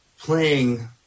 playing